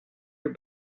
your